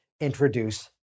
introduce